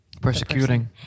Persecuting